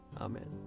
Amen